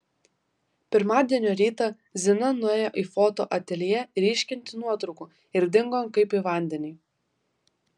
pirmadienio rytą zina nuėjo į foto ateljė ryškinti nuotraukų ir dingo kaip į vandenį